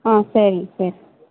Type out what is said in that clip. ஆ சரிங்க சார்